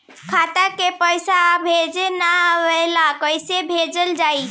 खाता में पईसा भेजे ना आवेला कईसे भेजल जाई?